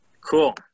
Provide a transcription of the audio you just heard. Cool